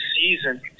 season